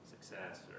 success